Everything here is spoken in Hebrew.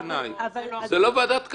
זה לא ועדת קנאי.